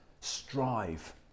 Strive